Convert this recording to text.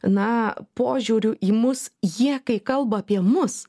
na požiūriu į mus jie kai kalba apie mus